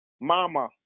mama